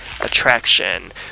attraction